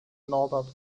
norbert